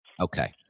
Okay